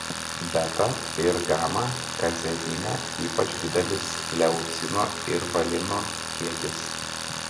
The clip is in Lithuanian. beta ir gama kazeine ypač didelis leucino ir valino kiekis